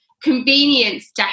convenience